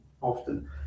often